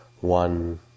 one